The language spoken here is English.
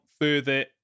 further